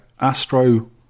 Astro